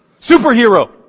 Superhero